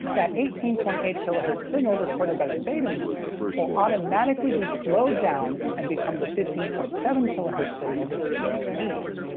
that eighteen point eight kilohertz signal recorded by the betamovie will automatically be slowed down and become the fifteen point seven kilohertz signal the tv needs.